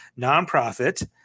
nonprofit